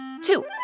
Two